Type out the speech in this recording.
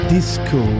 Disco